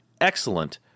excellent